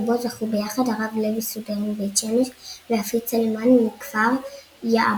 ובו זכו ביחד הרב לוי סודרי מבית שמש ויפית סלימן מכפר יעבץ.